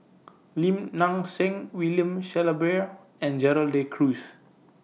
Lim Nang Seng William Shellabear and Gerald De Cruz